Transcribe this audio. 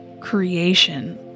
creation